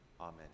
Amen